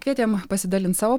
kvietėm pasidalint savo